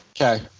Okay